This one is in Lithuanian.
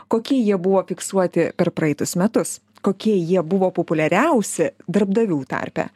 kokie jie buvo fiksuoti per praeitus metus kokie jie buvo populiariausi darbdavių tarpe